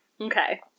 Okay